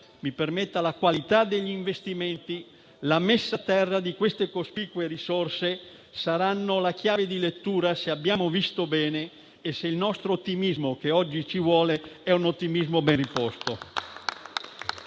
spesa, la qualità degli investimenti, la messa a terra di queste cospicue risorse saranno la chiave di lettura, se abbiamo visto bene e se il nostro ottimismo, che oggi ci vuole, è un ottimismo ben riposto.